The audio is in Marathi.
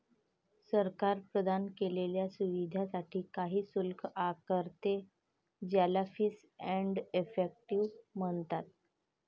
सरकार प्रदान केलेल्या सुविधांसाठी काही शुल्क आकारते, ज्याला फीस एंड इफेक्टिव म्हणतात